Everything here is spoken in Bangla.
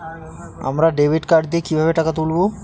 আমরা ডেবিট কার্ড দিয়ে কিভাবে টাকা তুলবো?